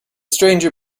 stranger